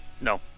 No